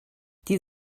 die